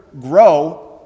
grow